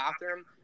bathroom